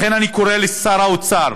לכן אני קורא לשר האוצר,